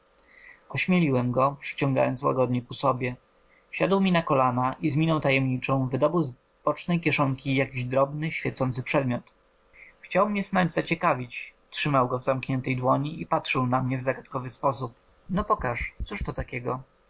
ośmieliłem go przyciągając łagodnie ku sobie siadł mi na kolana i z miną tajemniczą wydobył z bocznej kieszonki jakiś drobny świecący przedmiot chcąc mnie snać zaciekawić trzymał go w zamkniętej dłoni i patrzył na mnie w zagadkowy sposób no pokaż cóż to takiego